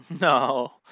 No